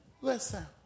Listen